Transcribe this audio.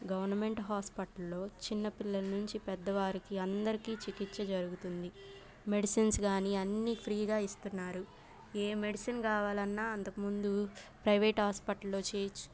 government హాస్పిటల్లో చిన్నపిల్లల నుంచి పెద్ద వారికి అందరికీ చికిత్స జరుగుతుంది మెడిసిన్స్ కానీ అన్ని ఫ్రీగా ఇస్తున్నారు ఏ మెడిసిన్ కావాలన్నా అంతకుముందు ప్రైవేట్ హాస్పిటల్లో చేయించు